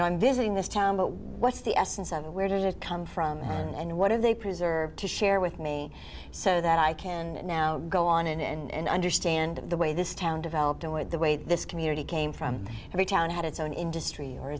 know i'm visiting this town but what's the essence of it where does it come from having and what are they preserved to share with me so that i can now go on and understand the way this town developed a way the way this community came from every town had its own industry or